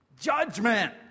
Judgment